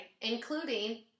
including